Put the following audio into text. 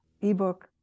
ebook